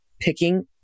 picking